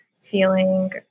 feeling